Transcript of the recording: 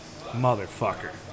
Motherfucker